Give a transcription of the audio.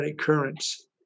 currents